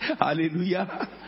Hallelujah